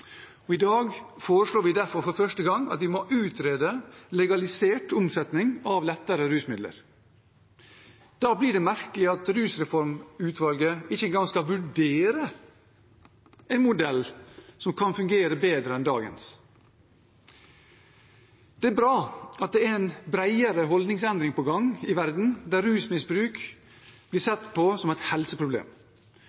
og i dag foreslår vi derfor for første gang at vi må utrede legalisert omsetning av lettere rusmidler. Da blir det merkelig at Rusreformutvalget ikke engang skal vurdere en modell som kan fungere bedre enn dagens modell. Det er bra at det er en bredere holdningsendring på gang i verden, der rusmisbruk blir